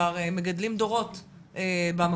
יש פוליטיקאים שטוענים שהרווחה צריכה להוציא ילדים,